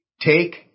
take